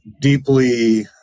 deeply